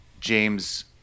James